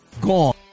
gone